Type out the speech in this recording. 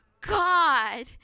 God